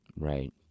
right